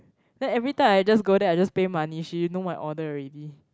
then every time I just go there I just pay money she know my order already